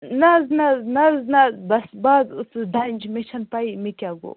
نَہ حظ نَہ حظ نَہ حظ نَہ حظ بَس دَگ ٲسٕس ڈَنجہِ مےٚ چھَنہٕ پَیٚیِی مےٚ کیاہ گوٚو